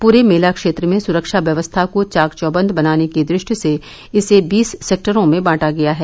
पूरे मेला क्षेत्र में सुरक्षा व्यवस्था को चाक चौबंद बनाने की दृष्टि से इसे बीस सेक्टरों में बांटा गया है